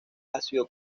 ácido